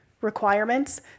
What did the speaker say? requirements